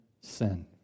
sin